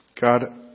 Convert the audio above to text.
God